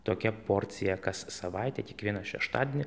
tokia porcija kas savaitę kiekvieną šeštadienį